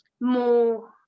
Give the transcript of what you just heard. more